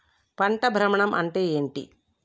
పంట భ్రమణం అంటే ఏంటి?